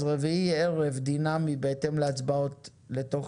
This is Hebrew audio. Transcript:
אז רביעי ערב דינמי בהתאם להצבעות לתוך